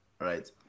right